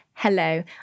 Hello